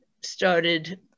started